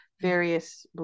various